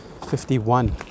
51